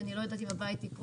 כי אני לא יודעת אם הבית יקרוס.